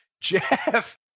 Jeff